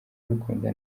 bikunda